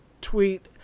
tweet